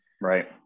Right